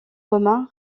romain